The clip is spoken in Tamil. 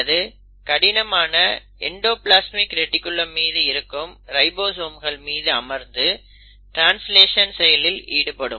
அல்லது கடினமான எண்டோப்லஸ்மிக் ரெடிக்குலம் மீது இருக்கும் ரைபோசோம் மீது அமர்ந்து ட்ரான்ஸ்லேஷன் செயலில் ஈடுபடும்